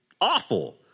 awful